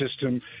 system